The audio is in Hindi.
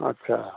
अच्छा